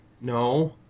no